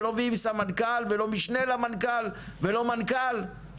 ולא מביאים סמנכ"ל ולא משנה למנכ"ל ולא מנכ"ל?